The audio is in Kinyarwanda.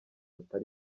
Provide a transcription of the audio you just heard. atari